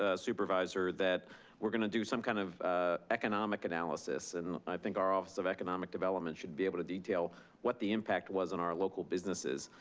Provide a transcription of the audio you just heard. ah supervisor, that we're gonna do some kind of economic analysis. and i think our office of economic development should be able to detail what the impact was on our local businesses.